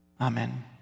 Amen